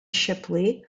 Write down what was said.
shipley